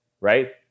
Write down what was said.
right